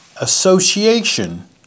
association